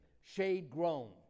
shade-grown